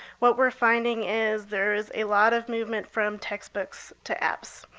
what we're finding is there is a lot of movement from textbooks to apps.